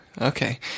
Okay